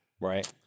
right